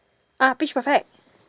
ah pitch perfect